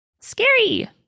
scary